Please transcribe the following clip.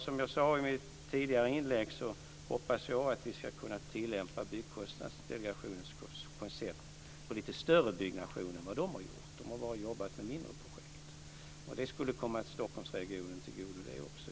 Som jag sade i mitt tidigare inlägg hoppas jag att vi ska kunna tillämpa Byggkostnadsdelegationens koncept på lite större byggnationer än de har gjort. De har bara jobbat med mindre projekt. I så fall skulle också det komma Stockholmsregionen till godo.